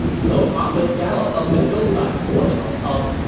so pang de galloped up the hillside toward cao cao,